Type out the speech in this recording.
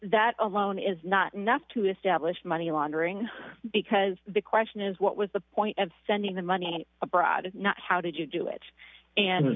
that alone is not enough to establish money laundering because the question is what was the point of sending the money abroad if not how did you do it and